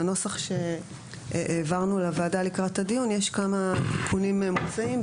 בנוסח שהעברנו לוועדה לקראת הדיון יש כמה תיקונים מוצעים,